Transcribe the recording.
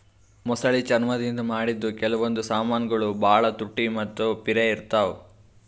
ಮೊಸಳಿ ಚರ್ಮ್ ದಿಂದ್ ಮಾಡಿದ್ದ್ ಕೆಲವೊಂದ್ ಸಮಾನ್ಗೊಳ್ ಭಾಳ್ ತುಟ್ಟಿ ಅಥವಾ ಪಿರೆ ಇರ್ತವ್